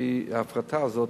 ההפרטה הזו,